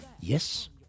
Yes